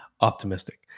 optimistic